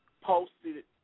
posted